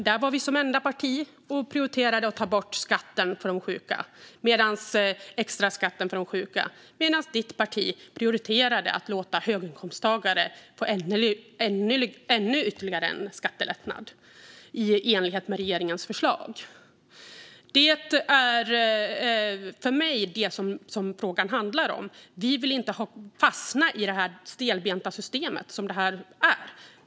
Där var vi det enda parti som prioriterade att ta bort extraskatten för de sjuka, medan Julia Kronlids parti prioriterade att låta höginkomsttagare få ytterligare en skattelättnad i enlighet med regeringens förslag. Det är för mig det som frågan handlar om. Vi vill inte fastna i det här stelbenta systemet.